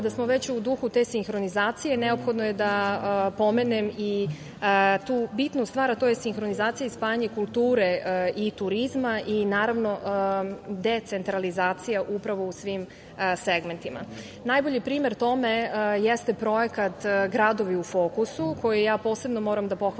smo već u duhu te sinhronizacije, neophodno je da pomenem i tu bitnu stvar, a to je sinhronizacija i spajanje kulture i turizma i naravno decentralizacija upravo u svim segmentima. Najbolji primer tome jeste projekat „Gradovi u fokusu“ za koji posebno moram da pohvalim